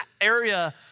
area